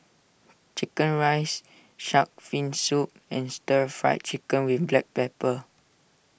Chicken Rice Shark's Fin Soup and Stir Fried Chicken with Black Pepper